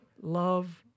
love